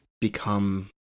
become